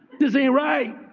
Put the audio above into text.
this ain't right.